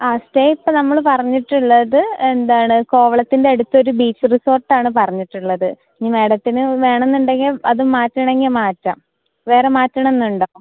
ആ സ്റ്റേ ഇപ്പോൾ നമ്മൾ പറഞ്ഞിട്ടുള്ളത് എന്താണ് കോവളത്തിൻ്റെ അടുത്തൊരു ബീച്ച് റിസോർട്ട് ആണ് പറഞ്ഞിട്ടുള്ളത് ഇനി മാഡത്തിന് വേണം എന്നുണ്ടെങ്കിൽ അത് മാറ്റണമെങ്കിൽ മാറ്റാം വേറെ മാറ്റണം എന്നുണ്ടോ